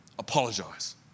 apologize